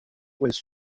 was